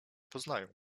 poznają